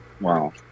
wow